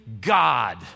God